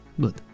Good